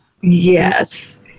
Yes